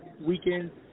weekends